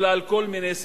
בגלל כל מיני סיבות,